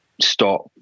stop